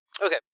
Okay